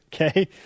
Okay